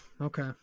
Okay